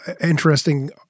interesting